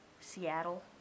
Seattle